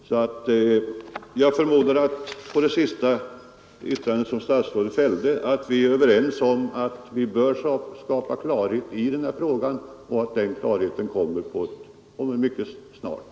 Det yttrande som statsrådet senast fällde ger mig anledning förmoda att vi är överens om att klarhet bör skapas i den här frågan och att den klarheten mycket snart kan skapas.